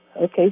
Okay